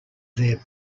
their